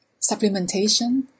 supplementation